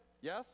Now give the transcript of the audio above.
yes